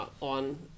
on